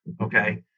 okay